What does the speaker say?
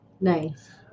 nice